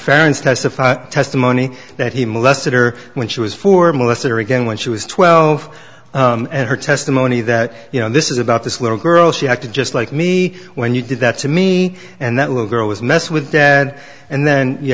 parents testified testimony that he molested her when she was four and molested her again when she was twelve and her testimony that you know this is about this little girl she acted just like me when you did that to me and that little girl was mess with dad and then you